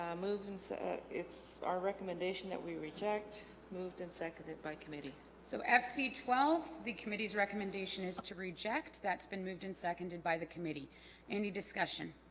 moving it's ah it's our recommendation that we reject moved and seconded by committee so fc twelve the committee's recommendation is to reject that's been moved and seconded by the committee any discussion